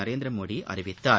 நரேந்திரமோடி அறிவித்தார்